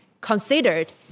considered